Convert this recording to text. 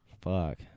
Fuck